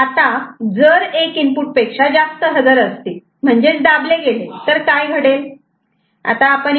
आता जर एक इनपुट पेक्षा जास्त हजर असतील म्हणजेच दाबले गेले तर काय घडेल